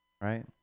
right